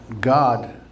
God